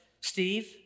Steve